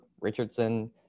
Richardson